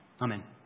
Amen